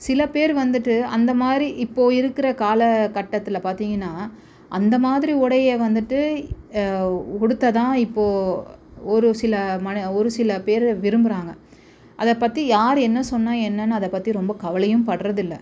சில பேர் வந்துட்டு அந்தமாதிரி இப்போது இருக்கிற கால கட்டத்தில் பார்த்தீங்கன்னா அந்தமாதிரி உடையை வந்துட்டு உடுத்த தான் இப்போது ஒரு சில மனி ஒரு சில பேர் விரும்புகிறாங்க அதை பற்றி யார் என்ன சொன்னால் என்னென்று அதை பற்றி ரொம்ப கவலையும் படுறதில்ல